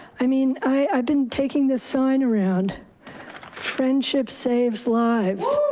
i mean i've been taking this sign around friendship saves lives.